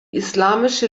islamische